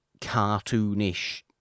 cartoonish